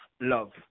love